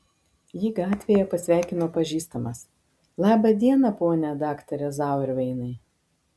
jį gatvėje pasveikino pažįstamas labą dieną pone daktare zauerveinai